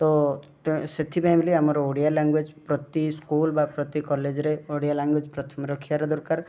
ତ ସେଥିପାଇଁ ବୋଲି ଆମର ଓଡ଼ିଆ ଲାଙ୍ଗୁଏଜ୍ ପ୍ରତି ସ୍କୁଲ୍ ବା ପ୍ରତି କଲେଜ୍ରେ ଓଡ଼ିଆ ଲାଙ୍ଗୁଏଜ୍ ପ୍ରଥମେ ରଖିବା ଦରକାର